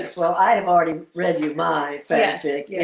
well, i have already read you my fantastic. yeah